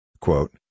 Quote